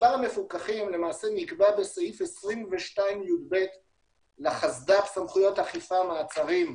מספר המפוקחים נקבע בסעיף 22יב לחוק סמכויות אכיפה (מעצרים),